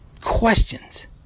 questions